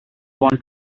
want